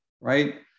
right